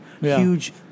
huge